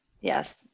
yes